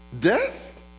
Death